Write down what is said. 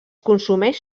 consumeix